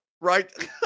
Right